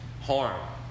harm